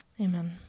Amen